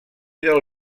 del